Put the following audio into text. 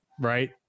right